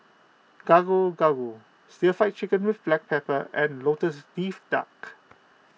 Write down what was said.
Gado Gado Stir Fried Chicken with Black Pepper and Lotus Leaf Duck